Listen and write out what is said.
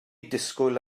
disgwyl